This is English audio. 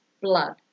blood